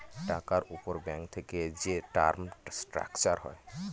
টাকার উপর ব্যাঙ্ক থেকে যে টার্ম স্ট্রাকচার হয়